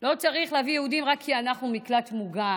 לא צריך להביא יהודים רק כי אנחנו מקלט מוגן,